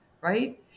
right